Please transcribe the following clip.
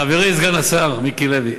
חברי סגן השר מיקי לוי,